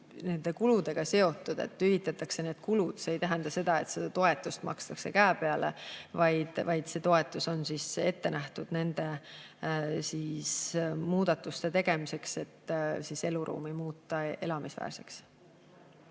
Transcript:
nende kulude [katmiseks]. Hüvitatakse need kulud. See ei tähenda seda, et seda toetust makstakse käe peale, vaid see toetus on ette nähtud nende muudatuste tegemiseks, et eluruum muuta elamisväärseks.